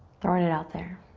throwing it out there.